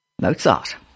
Mozart